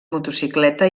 motocicleta